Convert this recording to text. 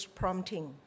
prompting 。